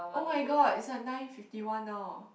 oh my god is at nine fifty one now uh